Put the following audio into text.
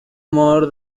amor